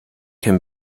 can